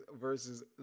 versus